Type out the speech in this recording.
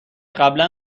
قبلا